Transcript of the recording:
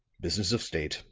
business of state,